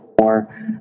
more